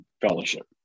fellowship